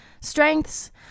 strengths